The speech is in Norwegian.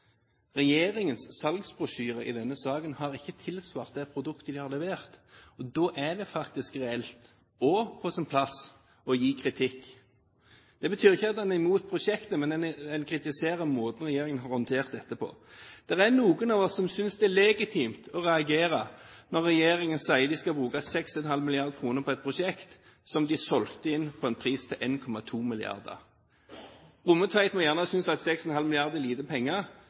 Regjeringens salgsbrosjyre i denne saken har ikke tilsvart det produktet de har levert. Da er det faktisk reelt og på sin plass å gi kritikk. Det betyr ikke at en er imot prosjektet, men en kritiserer måten regjeringen har håndtert dette på. Det er noen av oss som synes det er legitimt å reagere når regjeringen sier de skal bruke 6,5 mrd. kr på et prosjekt som de solgte inn til en pris på 1,2 mrd. kr. Rommetveit må gjerne synes at 6,5 mrd. kr er lite penger,